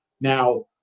Now